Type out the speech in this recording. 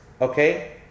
okay